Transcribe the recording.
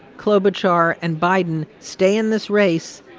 klobuchar, and biden stay in this race,